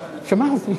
זנדברג,